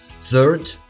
Third